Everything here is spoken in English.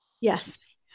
yes